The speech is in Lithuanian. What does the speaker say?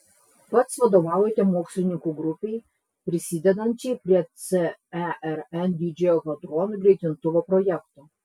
pats vadovaujate mokslininkų grupei prisidedančiai prie cern didžiojo hadronų greitintuvo projekto